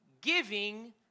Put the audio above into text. Giving